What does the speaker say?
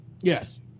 Yes